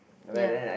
ya